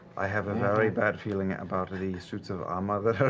i have a very bad feeling about these suits of armor.